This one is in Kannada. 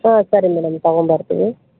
ಹಾಂ ಸರಿ ಮೇಡಮ್ ತಗೊಂಬರ್ತೀವಿ